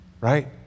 right